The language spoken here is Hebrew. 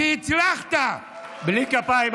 שהצלחת, בלי כפיים.